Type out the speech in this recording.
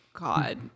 God